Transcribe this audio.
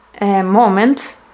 moment